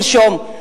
שלשום,